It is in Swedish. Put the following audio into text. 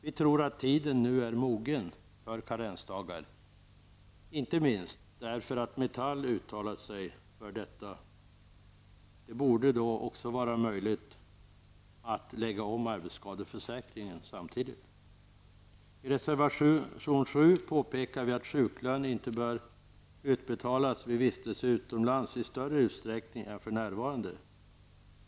Vi tror att tiden nu är mogen för karensdagar, inte minst därför att Metall uttalat sig för detta. Det borde då vara möjligt att samtidigt lägga om arbetsskadeförsäkringen. I reservation 7 påpekar vi att sjuklön inte bör utbetalas vid vistelse utomlands i större utsträckning än för närvarande.